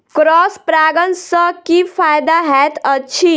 Cross परागण सँ की फायदा हएत अछि?